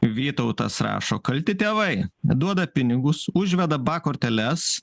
vytautas rašo kalti tėvai duoda pinigus užveda ba korteles